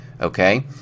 okay